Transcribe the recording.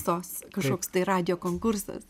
tos kažkoks tai radijo konkursas